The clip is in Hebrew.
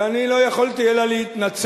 ואני לא יכולתי אלא להתנצל,